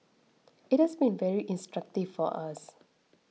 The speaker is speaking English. it has been very instructive for us